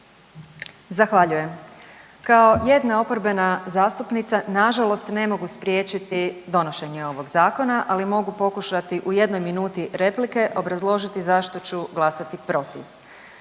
Zahvaljujem. Kao jedna oporbena zastupnica na žalost ne mogu spriječiti donošenje ovog zakona, ali mogu pokušati u jednoj minuti replike obrazložiti zašto ću glasati protiv.